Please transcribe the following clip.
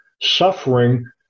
suffering